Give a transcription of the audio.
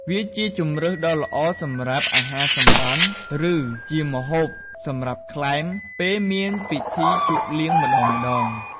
វាជាជម្រើសដ៏ល្អសម្រាប់អាហារសម្រន់ ឬ ជាម្ហូបសម្រាប់ក្លែម ពេលមានពិធីជួបលៀងម្តងៗ។